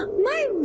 ah my